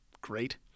great